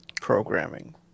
programming